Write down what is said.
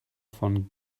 von